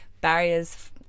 barriers